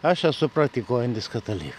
aš esu praktikuojantis katalikas